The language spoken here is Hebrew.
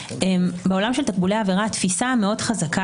בעולם של תקבולי העבירה התפיסה המאוד חזקה